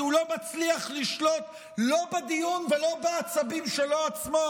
כי הוא לא מצליח לשלוט לא בדיון ולא בעצבים שלו עצמו,